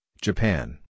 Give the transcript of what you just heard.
Japan